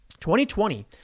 2020